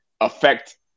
affect